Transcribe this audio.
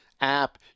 app